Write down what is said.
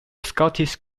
scottish